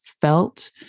felt